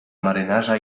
marynarza